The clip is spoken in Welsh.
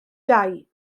dau